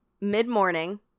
mid-morning